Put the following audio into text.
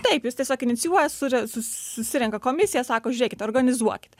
taip jis tiesiog inicijuoja sure susirenka komisija sako žiūrėkit organizuokit